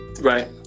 right